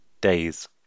days